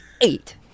eight